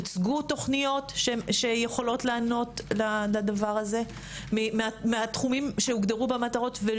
הוצגו תוכניות שיכולות לענות לזה מהתחומים שהוגדרו במטרות?